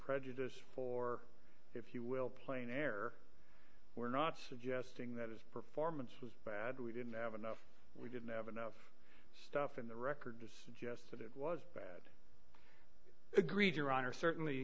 prejudice for if you will play an error we're not suggesting that his performance was bad we didn't have enough we didn't have enough stuff in the record to suggest that it was bad agreed your honor certainly